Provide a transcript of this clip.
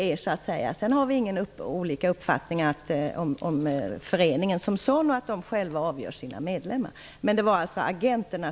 Vi har däremot ingen delad mening om föreningen som sådan, att föreningen själv avgör vilka som skall få vara medlemmar.